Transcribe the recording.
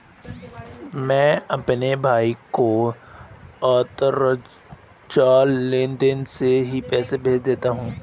मैं अपने भाई को अंतरजाल लेनदेन से ही पैसे भेज देता हूं